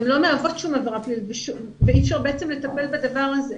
והן לא מהוות שום עבירה פלילית ואי אפשר בעצם לטפל בדבר הזה.